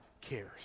cares